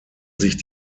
sich